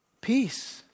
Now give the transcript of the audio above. peace